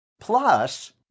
Plus